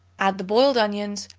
add the boiled onions,